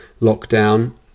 lockdown